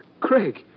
Craig